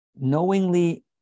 knowingly